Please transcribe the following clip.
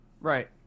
Right